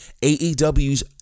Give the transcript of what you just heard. aew's